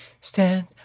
Stand